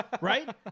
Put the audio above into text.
right